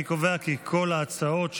אני קובע כי כל הסעיפים שמנינו,